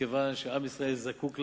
מכיוון שעם ישראל זקוק לה.